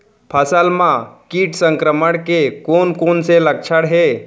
फसल म किट संक्रमण के कोन कोन से लक्षण हे?